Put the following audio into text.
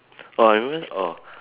oh remember oh